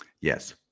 Yes